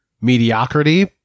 mediocrity